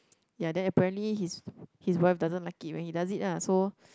ya then apparently his his wife doesn't like it when he does it ah so